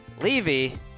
Levy